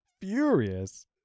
furious